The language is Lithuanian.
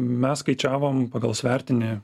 mes skaičiavom pagal svertinį